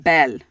Bell